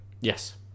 yes